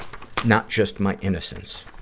not just my innocence.